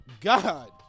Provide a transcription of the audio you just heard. God